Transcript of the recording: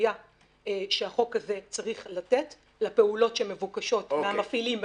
ובמטריה שהחוק הזה צריך לתת לפעולות שמבוקשות מהמפעילים והמפקחים,